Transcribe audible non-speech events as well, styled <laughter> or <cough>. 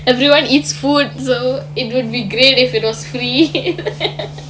everyone eats food so it would be great if it was free <laughs>